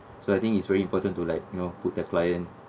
so I think it's very important to like you know put their client